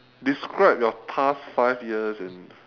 describe your past five years in